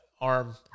arm